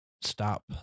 stop